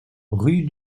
rue